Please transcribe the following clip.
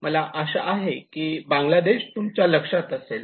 मला आशा आहे की बांगलादेश तुमच्या लक्षात असेल